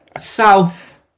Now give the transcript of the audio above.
south